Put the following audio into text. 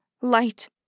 light